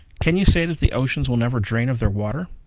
can you say that the oceans will never drain of their water?